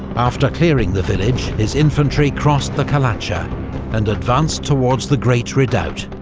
after clearing the village, his infantry crossed the kalatsha and advanced towards the great redoubt,